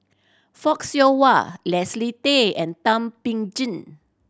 Fock Siew Wah Leslie Tay and Thum Ping Tjin